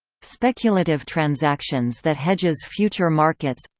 speculative transactions that hedges future markets